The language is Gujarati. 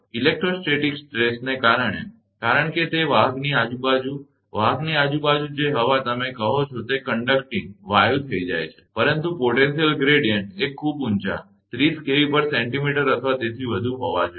ઇલેક્ટ્રોસ્ટેટિક સ્ટ્રેસને કારણે કારણ કે તે વાહકની આજુબાજુ વાહકની આજુબાજુ જે હવા તમે કહો છો તે કડંકટીંગવાયુ થઇ જાય છે પરંતુ પોટેન્શિયલ ગ્રેડીયંટ એ ખૂબ ઊંચા 30 kVcm અથવા તેથી વધુ હોવા જોઇએ